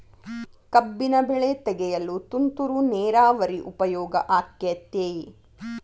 ಕಬ್ಬಿನ ಬೆಳೆ ತೆಗೆಯಲು ತುಂತುರು ನೇರಾವರಿ ಉಪಯೋಗ ಆಕ್ಕೆತ್ತಿ?